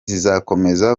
zizakomeza